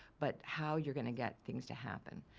but how you're going to get things to happen,